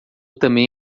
também